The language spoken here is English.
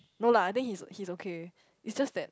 no lah I think he is he is okay is just that